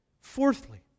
Fourthly